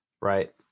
Right